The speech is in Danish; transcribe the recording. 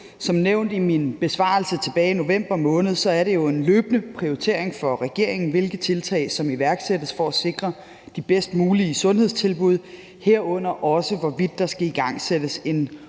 Som nævnt i min besvarelse tilbage i november måned er det jo en løbende prioritering for regeringen, hvilke tiltag der iværksættes, for at sikre de bedst mulige sundhedstilbud, herunder også, hvorvidt der skal igangsættes en